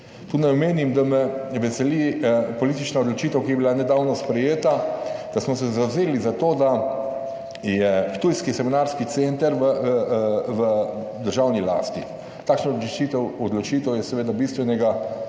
Tu naj omenim, da me veseli politična odločitev, ki je bila nedavno sprejeta, da smo se zavzeli za to, da je ptujski semenarski center v državni lasti. Takšna odločitev, odločitev je seveda bistvenega